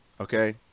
Okay